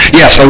yes